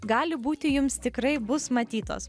gali būti jums tikrai bus matytos